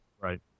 Right